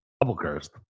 Double-cursed